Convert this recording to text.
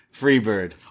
Freebird